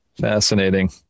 fascinating